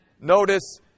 notice